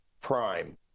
prime